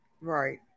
Right